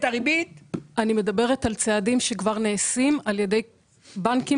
אני מדברת על צעדים שכבר נעשים על ידי בנקים